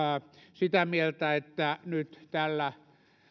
sitä mieltä että nyt tällä